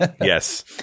Yes